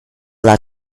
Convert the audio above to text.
lot